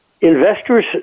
Investors